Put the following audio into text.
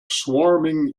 swarming